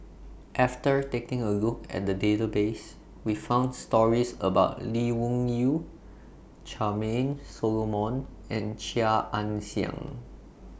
after taking A Look At The Database We found stories about Lee Wung Yew Charmaine Solomon and Chia Ann Siang